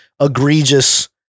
egregious